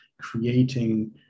creating